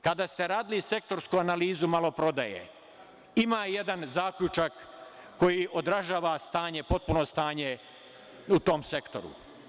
Kada ste radili sektorsku analizu maloprodaje, ima jedan zaključak koji odražava potpuno stanje u tom sektoru.